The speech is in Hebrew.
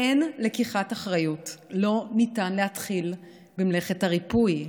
באין לקיחת אחריות לא ניתן להתחיל במלאכת הריפוי.